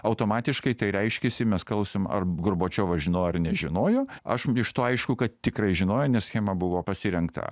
automatiškai tai reiškiasi mes klausom ar gorbačiovas žinojo ar nežinojo aš iš to aišku kad tikrai žinojo nes schema buvo pasirengta